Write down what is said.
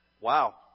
wow